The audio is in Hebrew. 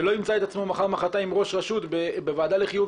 שלא ימצא את עצמו מחר-מוחרתיים ראש רשות בוועדה לחיוב